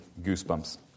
goosebumps